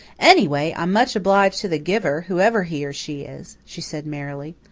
anyway, i'm much obliged to the giver, whoever he or she is, she said merrily.